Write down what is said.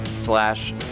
Slash